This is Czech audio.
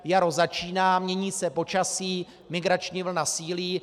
Jaro začíná, mění se počasí, migrační vlna sílí.